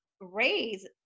raise